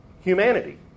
humanity